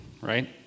right